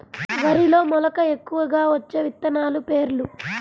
వరిలో మెలక ఎక్కువగా వచ్చే విత్తనాలు పేర్లు?